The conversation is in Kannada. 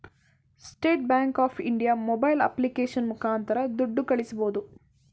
state bank of India mobile application ಮುಖಾಂತರ ದುಡ್ಡು ಕಳಿಸಬೋದು